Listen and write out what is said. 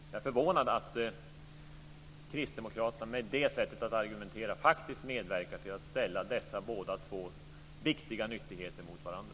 Jag är förvånad att Kristdemokraterna, med det sättet att argumentera, faktiskt medverkar till att ställa dessa båda viktiga nyttigheter mot varandra.